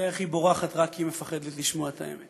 תראה איך היא בורחת רק כי היא מפחדת לשמוע את האמת.